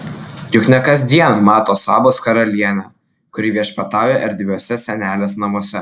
juk ne kas dieną mato sabos karalienę kuri viešpatauja erdviuose senelės namuose